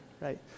right